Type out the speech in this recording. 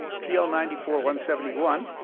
p l nine four one seven one,